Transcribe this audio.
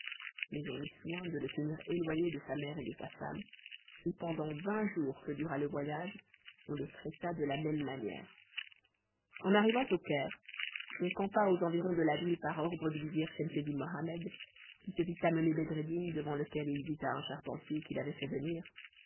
mais on eut soin de le tenir éloigné de sa mère et de sa femme et pendant vingt jours que dura le voyage on le traita de la même manière en arrivant au caire on campa aux environs de la ville par ordre du vizir schemseddin mohammed qui se fit amener bedreddin devant lequel il dit à un charpentier qu'il avait fait venir